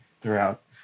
throughout